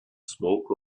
smoke